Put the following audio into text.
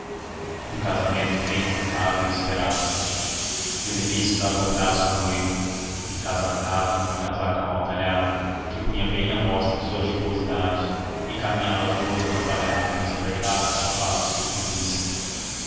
um casamento bem cotado e esperado genelício dava o braço à noiva encasacado numa casaca mal talhada que punha bem à mostra a sua gibosidade e caminhava todo atrapalhado nos apertados sapatos de verniz